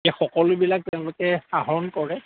এই সকলোবিলাক তেওঁলোকে আহৰণ কৰে